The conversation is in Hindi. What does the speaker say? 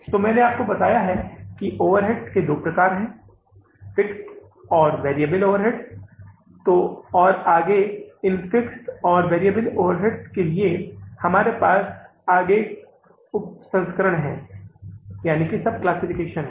तो मैंने आपको बताया कि ओवरहेड्स के दो प्रकार हैं फिक्स्ड और वेरिएबल ओवरहेड्स तो और आगे इन फिक्स्ड और वेरिएबल ओवरहेड्स के लिए हमारे पास आगे उप संस्करण हैं